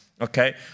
okay